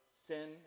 sin